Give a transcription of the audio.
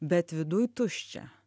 bet viduj tuščia